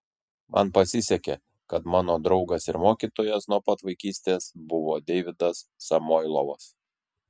man pasisekė kad mano draugas ir mokytojas nuo pat vaikystės buvo deividas samoilovas